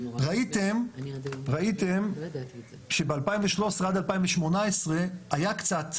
ראיתם שב-2013-2018 היה קצת